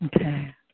Okay